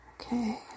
Okay